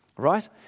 Right